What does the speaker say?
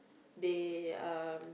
they uh